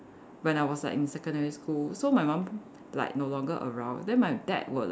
when I was like in secondary school so my mum like no longer around then my dad will like